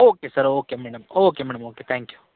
okay sir okay madam okay madam okay thank you